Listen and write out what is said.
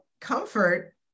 comfort